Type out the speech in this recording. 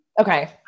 Okay